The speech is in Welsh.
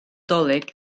nadolig